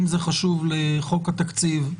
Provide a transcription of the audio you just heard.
אם זה חשוב לחוק התקציב,